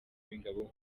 w’ingabo